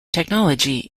technology